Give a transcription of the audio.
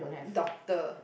doctor